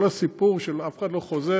כל הסיפור של אף אחד לא חוזר,